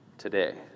today